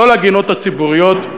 לא לגינות הציבוריות.